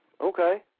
Okay